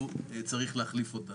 לצערי,